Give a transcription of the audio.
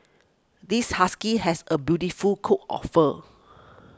this husky has a beautiful coat of fur